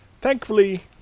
Thankfully